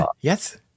yes